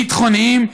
ביטחוניים,